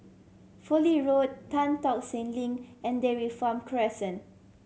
Fowlie Road Tan Tock Seng Link and Dairy Farm Crescent